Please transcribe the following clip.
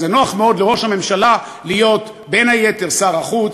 כי זה נוח מאוד לראש הממשלה להיות בין היתר שר החוץ,